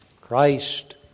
Christ